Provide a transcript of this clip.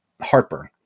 heartburn